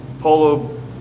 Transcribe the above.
polo